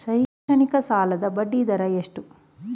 ಶೈಕ್ಷಣಿಕ ಸಾಲದ ಬಡ್ಡಿ ದರ ಎಷ್ಟು?